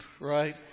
right